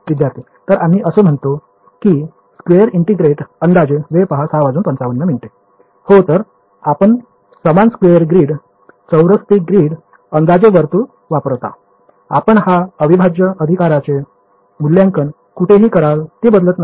विद्यार्थी तर आम्ही असे म्हणतो की स्क्वेअर इंटिग्रेटेड अंदाजे हो तर आपण समान स्क्वेअर ग्रीड चौरस ते ग्रीड अंदाजे वर्तुळ वापरता आपण या अविभाज्य अधिकाराचे मूल्यांकन कुठेही कराल ते बदलत नाही